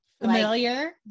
familiar